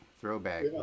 Throwback